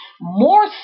More